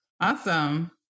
Awesome